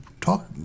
Talk